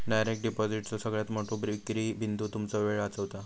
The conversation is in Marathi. डायरेक्ट डिपॉजिटचो सगळ्यात मोठो विक्री बिंदू तुमचो वेळ वाचवता